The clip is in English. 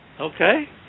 okay